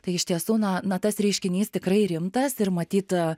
tai iš tiesų na na tas reiškinys tikrai rimtas ir matyt